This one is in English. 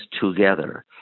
together